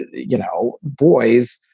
you know, boys,